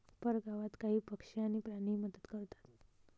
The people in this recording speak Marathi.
परगावात काही पक्षी आणि प्राणीही मदत करतात